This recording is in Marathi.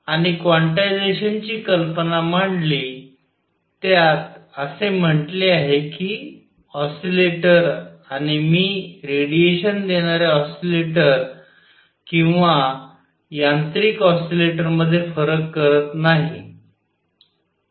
आणि क्वांटायझेशन ची कल्पना मांडली त्यात असे म्हटले आहे की ऑसीलेटर आणि मी रेडिएशन देणाऱ्या ऑसीलेटर किंवा यांत्रिक ऑसीलेटरमध्ये फरक करत नाही